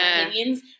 opinions